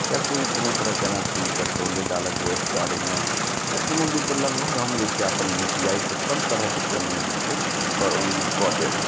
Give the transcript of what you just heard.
या कोनो तरहके एना चीज पेट्रोले डालऽके अछि तऽ गाड़ीमे या कोनो भी तऽ लगभग हम जे छै आपन यू पी आइ सऽ सब तरहके पेमेन्ट जे छै कऽ कऽ देब